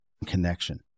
connection